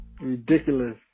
Ridiculous